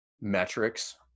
metrics